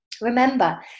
Remember